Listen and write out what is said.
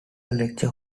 lecture